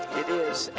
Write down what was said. it is and